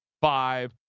five